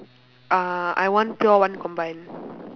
uh I one pure one combined